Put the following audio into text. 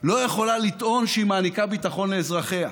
לא יכולה לטעון שהיא מעניקה ביטחון לאזרחיה.